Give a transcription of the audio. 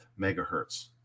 megahertz